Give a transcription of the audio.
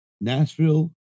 Nashville